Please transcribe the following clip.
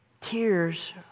tears